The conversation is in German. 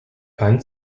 keinen